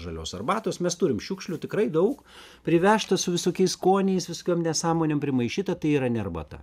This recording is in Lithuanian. žalios arbatos mes turim šiukšlių tikrai daug privežtos su visokiais skoniais visokiom nesąmonėm primaišyta tai yra ne arbata